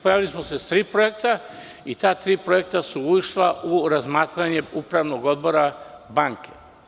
Pojavili smo se sa tri projekta i ta tri projekta su ušla u razmatranje upravnog odbora banke.